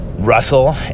Russell